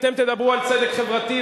אתם תדברו על צדק חברתי,